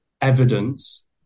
evidence